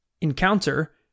encounter